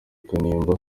kanimba